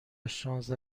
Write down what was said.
شانزده